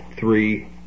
three